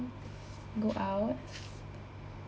go out